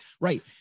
right